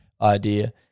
idea